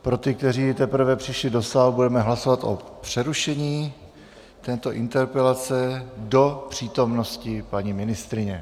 Pro ty, kteří teprve přišli do sálu, budeme hlasovat o přerušení této interpelace do přítomnosti paní ministryně.